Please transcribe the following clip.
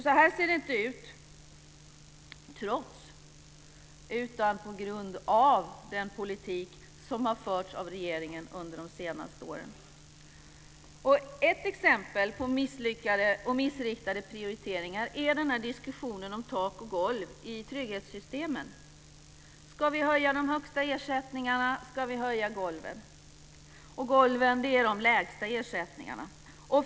Så här ser det inte ut trots, utan på grund av den politik som förts av regeringen under de senaste åren. Ett exempel på misslyckade och missriktade prioriteringar är diskussionen om tak och golv i trygghetssystemen. Ska vi höja de högsta ersättningarna? Ska vi höja golven? Golven är de lägsta ersättningarna.